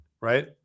Right